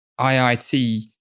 IIT